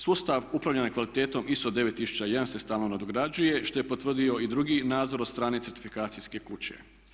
Sustav upravljanja kvalitetom ISO9001 se stalno nadograđuje što je potvrdio i drugi nadzor od strane certifikacijske kuće.